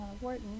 Wharton